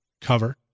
cover